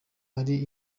ari